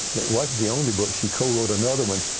wasn't the only book she co wrote another one,